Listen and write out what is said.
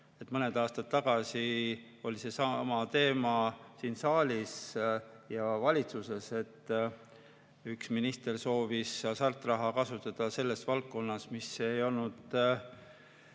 mõni aasta tagasi oli seesama teema siin saalis ja valitsuses. Üks minister soovis hasartmänguraha kasutada valdkonnas, mis ei olnud